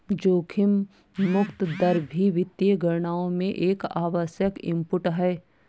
जोखिम मुक्त दर भी वित्तीय गणनाओं में एक आवश्यक इनपुट है